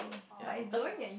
ya because it